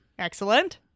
Excellent